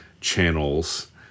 channels